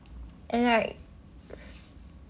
and like